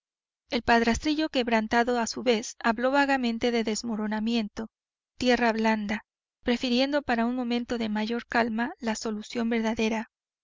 el padrastrillo quebrantado a su vez habló vagamente de desmoronamiento tierra blanda prefiriendo para un momento de mayor calma la solución verdadera